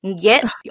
Get